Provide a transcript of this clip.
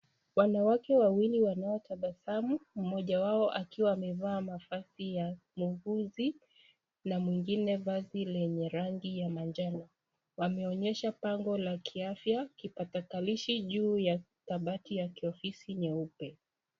Wanawake wawili wanao tabasamu mmoja wao akiwa amevaa mavazi ya muuguzi na mwingine vazi lenye rangi ya manjano wameonyesha pango la kiafya kipakatalishi juu ya kabati ya kiofisi nyeupe.